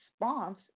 response